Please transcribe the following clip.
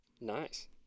Nice